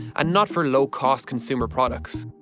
and not for low cost consumer products.